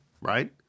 right